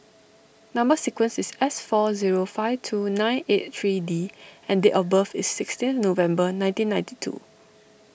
Number Sequence is S four zero five two nine eight three D and date of birth is sixteen November nineteen ninety two